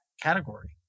category